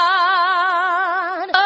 God